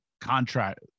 contract